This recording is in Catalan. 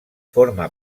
forma